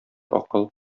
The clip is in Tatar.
акыл